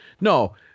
No